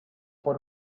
por